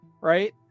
Right